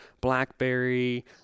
blackberry